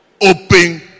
open